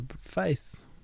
Faith